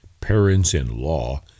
parents-in-law